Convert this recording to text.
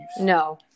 No